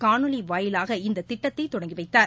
காணொலி வாயிலாக இந்த திட்டத்தை தொடங்கி வைத்தார்